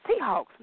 Seahawks